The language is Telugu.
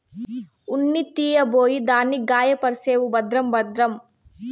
ఉన్ని తీయబోయి దాన్ని గాయపర్సేవు భద్రం భద్రం